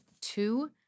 two